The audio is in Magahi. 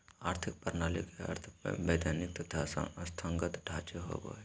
आर्थिक प्रणाली के अर्थ वैधानिक तथा संस्थागत ढांचे होवो हइ